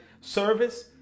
service